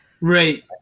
right